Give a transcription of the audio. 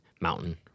mountain